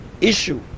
issue